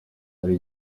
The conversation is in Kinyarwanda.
ari